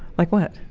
like what?